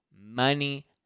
money